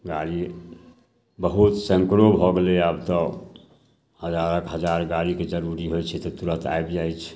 गाड़ी बहुत सैकड़ो भऽ गेलै आब तऽ हजारक हजार गाड़ीके जरूरी होइ छै तऽ तुरन्त आबि जाइ छै